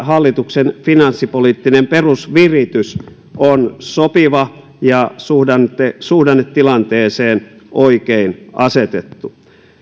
hallituksen finanssipoliittinen perusviritys on sopiva ja suhdannetilanteeseen oikein asetettu te oppositiossa